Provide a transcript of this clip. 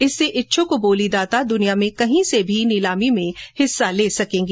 इससे इच्छुक बोलीदाता दुनिया में कहीं से भी नीलामी में हिस्सा ले सकेगा